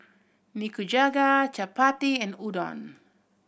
Nikujaga Chapati and Udon